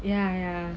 ya ya